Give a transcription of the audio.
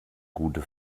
gute